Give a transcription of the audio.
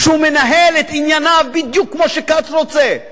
שהוא מנהל את ענייניו בדיוק כמו שכץ רוצה,